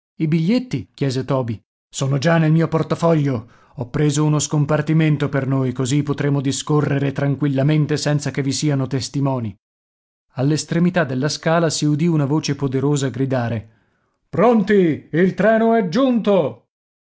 i biglietti chiese toby sono già nel mio portafoglio ho preso uno scompartimento per noi così potremo discorre tranquillamente senza che vi siano testimoni all'estremità della scala si udì una voce poderosa gridare pronti il treno è giunto